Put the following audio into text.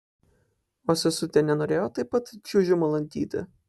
o sesutė nenorėjo taip pat čiuožimo lankyti